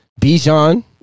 Bijan